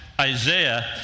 Isaiah